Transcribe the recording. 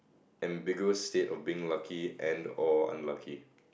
ambiguous state of being lucky and or unlucky